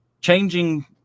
changing